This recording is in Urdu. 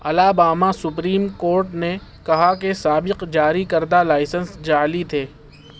الاباما سپریم کورٹ نے کہا کہ سابق جاری کردہ لائسینس جعلی تھے